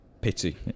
pity